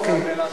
אוקיי.